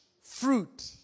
fruit